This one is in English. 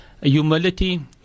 humility